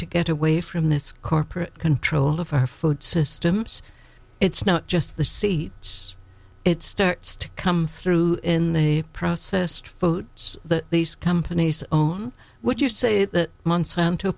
to get away from this corporate control of our food systems it's not just the see it starts to come through in the process the these companies own what you say that monsanto